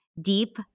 deep